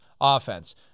offense